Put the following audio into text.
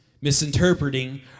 misinterpreting